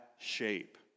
shape